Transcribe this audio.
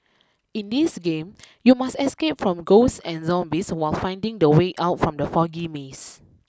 in this game you must escape from ghosts and zombies while finding the way out from the foggy maze